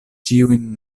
ĉiujn